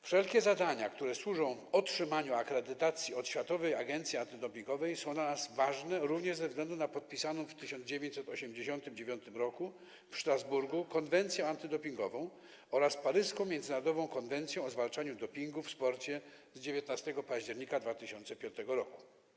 Wszelkie zadania, które służą utrzymaniu akredytacji Światowej Agencji Antydopingowej są dla nas ważne również ze względu na podpisaną w 1989 r. w Strasburgu Konwencję antydopingową oraz paryską Międzynarodową konwencję o zwalczaniu dopingu w sporcie z 19 października 2005 r.